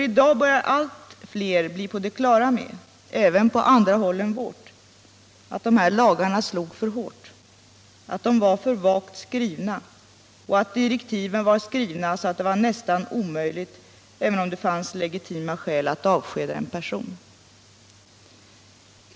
I dag börjar allt fler bli på det klara med, även på andra håll än vårt, att de här lagarna slog för hårt, att de var för vagt skrivna och att direktiven var skrivna så att det var nästan omöjligt, även om det fanns legitima skäl, att avskeda en person.